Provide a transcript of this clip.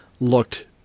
looked